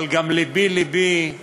אבל לבי לבי גם